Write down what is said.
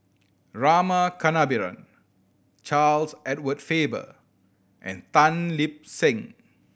Rama Kannabiran Charles Edward Faber and Tan Lip Seng